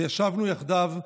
וישבנו יחדיו,